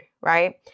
right